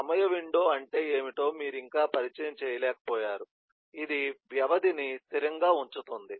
సమయ విండో అంటే ఏమిటో మీరు ఇంకా పరిచయం చేయలేకపోయారు ఇది వ్యవధి ని స్థిరంగా ఉంచుతుంది